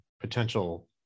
potential